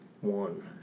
one